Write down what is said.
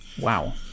wow